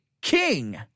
king